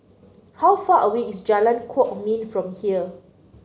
how far away is Jalan Kwok Min from here